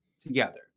together